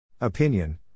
Opinion